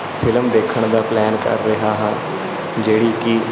film ਦੇਖਣ ਦਾ plan ਕਰ ਰਿਹਾਂ ਹਾਂ ਜਿਹੜੀ ਕਿ